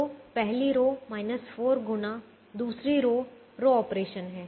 तो पहली रो 4 गुना दूसरी रो रो ऑपरेशन है